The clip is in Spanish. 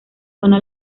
zona